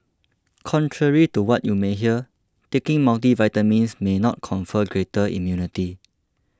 contrary to what you may hear taking multivitamins may not confer greater immunity